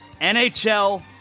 NHL